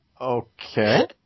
Okay